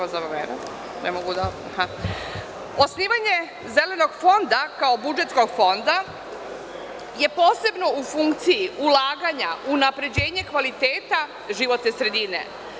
Osnivanje Zelenog fonda kao budžetskog fonda je posebno u funkciji ulaganja unapređenja kvaliteta životne sredine.